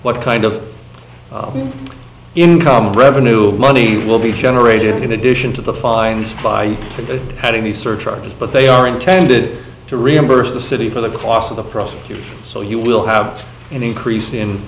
what kind of income revenue money will be generated in addition to the fines by having the surcharges but they are intended to reimburse the city for the cost of the prosecutor so you will have an increase in